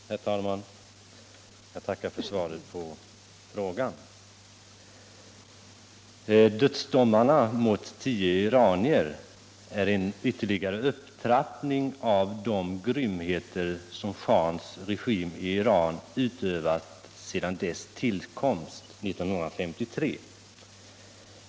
Herr talman! Jag tackar för svaret på frågan. Dödsdomarna mot tio iranier är en ytterligare upptrappning av de grymheter som schahens regim i Iran utövat sedan sin tillkomst 1953.